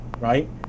Right